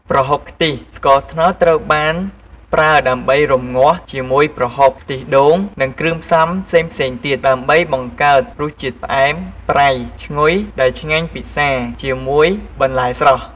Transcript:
ប្រហុកខ្ទិះ ស្ករត្នោតត្រូវបានប្រើដើម្បីរំងាស់ជាមួយប្រហុក ខ្ទិះដូង និងគ្រឿងផ្សំផ្សេងៗទៀត ដើម្បីបង្កើតរសជាតិផ្អែម ប្រៃ ឈ្ងុយ ដែលឆ្ងាញ់ពិសាជាមួយបន្លែស្រស់។